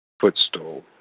footstool